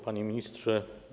Panie Ministrze!